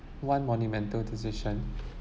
one monumental decision